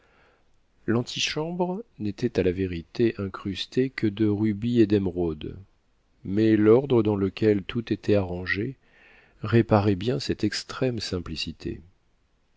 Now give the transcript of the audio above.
l'antichambre n'était à la vérité incrustée que de rubis et d'émeraudes mais l'ordre dans lequel tout était arrangé réparait bien cette extrême simplicité